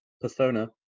Persona